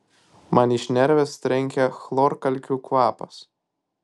man į šnerves trenkia chlorkalkių kvapas